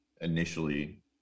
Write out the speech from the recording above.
initially